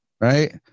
right